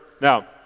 Now